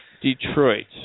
Detroit